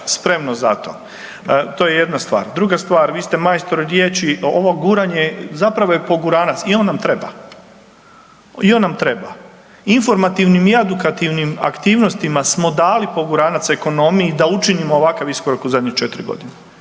spremnost za to. To je jedna stvar. Druga stvar, vi ste majstor riječi, ovo guranje zapravo je poguranac i on nam treba i on nam treba. Informativnim i edukativnim aktivnostima smo dali poguranac ekonomiji da učinimo ovakav iskorak u zadnje četiri godine.